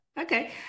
okay